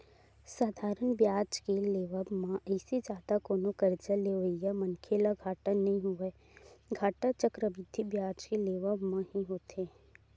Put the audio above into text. साधारन बियाज के लेवब म अइसे जादा कोनो करजा लेवइया मनखे ल घाटा नइ होवय, घाटा चक्रबृद्धि बियाज के लेवब म ही होथे